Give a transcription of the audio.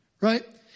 right